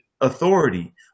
authority